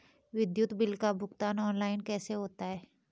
विद्युत बिल का भुगतान ऑनलाइन कैसे होता है?